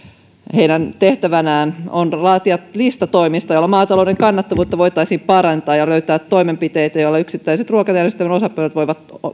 hänen tehtävänään on laatia lista toimista joilla maatalouden kannattavuutta voitaisiin parantaa ja löytää toimenpiteitä joita yksittäiset ruokajärjestelmän osapuolet voivat